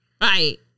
Right